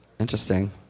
Interesting